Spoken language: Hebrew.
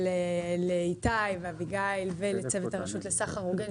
לאיתי ולאביגיל; ולצוות הרשות לסחר הוגן,